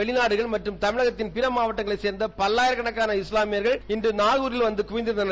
வெளிநாடுகள் மற்றும் தமிழகத்தின் பிற மாவட்டங்களைச் சேர்ந்த பல்லாயிரக்கணக்கான இஸ்லாமியர்கள் இன்று நாகூரில் வந்து குவிந்திருந்தனர்